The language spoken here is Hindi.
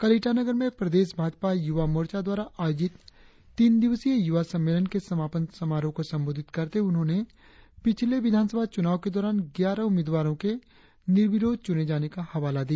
कल ईटानगर में प्रदेश भाजपा यूवा मोर्चा द्वारा आयोजित तीन दिवसीय युवा सम्मेलन के समापन समारोह को संबोधित करते हुए उन्होंने पिछले विधान सभा चूनाव के दौरान ग्यारह उम्मीदवारों के निर्विरोध चूने जाने का हवाला दिया